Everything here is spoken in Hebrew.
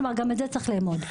כלומר, גם את זה צריך לאמוד.